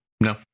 no